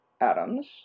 atoms